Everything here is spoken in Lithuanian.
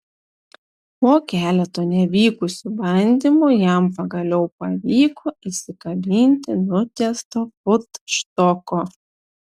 po keleto nevykusių bandymų jam pagaliau pavyko įsikabinti nutiesto futštoko